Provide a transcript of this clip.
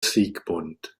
sigmund